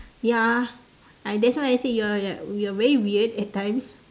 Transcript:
ya I that's why I said you're you're very weird at times